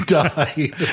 died